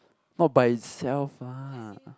not by itself lah